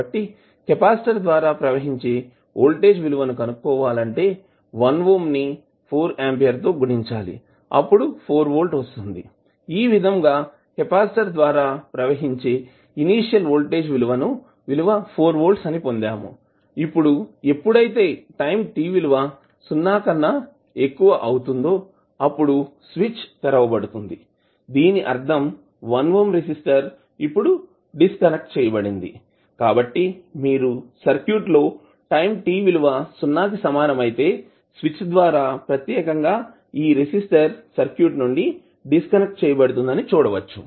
కాబట్టి కెపాసిటర్ ద్వారా ప్రవహించే వోల్టేజ్ విలువని కనుక్కోవాలంటే 1 ఓం ని 4 ఆంపియర్ తో గుణించాలి అప్పుడు 4 వోల్ట్ వస్తుంది ఈ విధంగా కెపాసిటర్ ద్వారా ప్రవహించే ఇనీషియల్ వోల్టేజ్ విలువ 4 వోల్ట్స్ అని పొందాము ఇప్పుడు ఎప్పుడైతే టైం t విలువ సున్నా కన్నా ఎక్కువ అవుతుందో అప్పుడు స్విచ్ తెరవబడుతుంది దీని అర్ధం 1 ఓం రెసిస్టర్ ఇప్పుడు డిస్కనెక్ట్ చేయబడింది కాబట్టి మీరు సర్క్యూట్ లో టైం t విలువ సున్నా కి సమానం అయితే స్విచ్ ద్వారా ప్రత్యేకంగా ఈ రెసిస్టర్ సర్క్యూట్ నుండి డిస్కనెక్ట్ చేయబడుతుంది అని చూడవచ్చు